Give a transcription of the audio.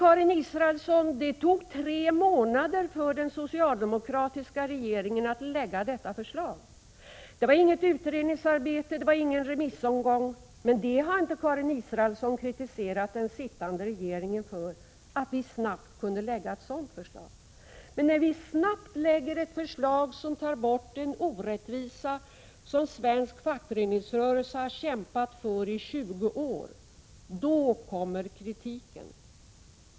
Karin Israelsson, det tog tre månader för den socialdemokratiska regeringen att lägga detta förslag! Det var inget utredningsarbete och ingen remissomgång. Men Karin Israelsson har kritiserat den sittande regeringen för att den inte snabbt kunde lägga fram ett förslag. Men när regeringen snabbt lägger fram ett förslag som tar bort en orättvisa som svensk fackföreningsrörelse kämpat mot i 20 år, också då kommer kritiken.